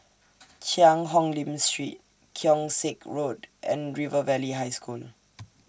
Cheang Hong Lim Street Keong Saik Road and River Valley High School